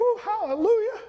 hallelujah